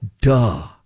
Duh